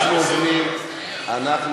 היה,